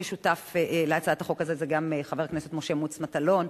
ששותף לה גם חבר הכנסת משה מוץ מטלון,